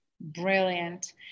Brilliant